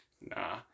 Nah